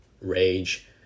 rage